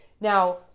Now